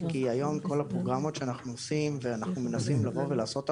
כי היום כל הפרוגרמות שאנחנו עושים ואנחנו מנסים לבוא ולעשות הכשרות,